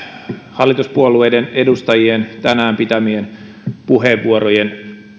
hallituspuolueiden edustajien tänään pitämien puheenvuorojen